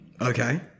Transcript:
Okay